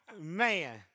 Man